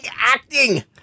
acting